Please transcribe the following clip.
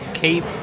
keep